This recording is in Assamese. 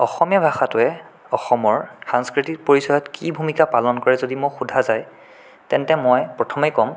অসমীয়া ভাষাটোৱে অসমৰ সাংস্কৃতিক পৰিচয়ত কি ভূমিকা পালন কৰে যদি মোক সোধা যায় তেন্তে মই প্ৰথমে ক'ম